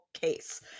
case